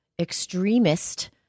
extremist